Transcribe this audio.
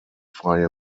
freie